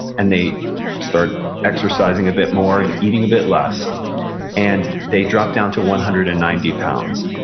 and they start exercising a bit more, and eating a bit less and they drop down to one hundred and ninety pounds.